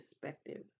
perspectives